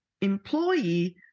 employee